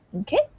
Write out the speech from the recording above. Okay